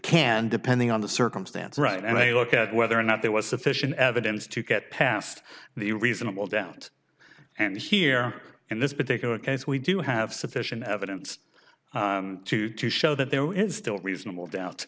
can depending on the circumstance right and they look at whether or not there was sufficient evidence to get past the reasonable doubt and here in this particular case we do have sufficient evidence to to show that there is still reasonable doubt